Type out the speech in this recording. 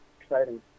exciting